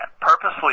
purposely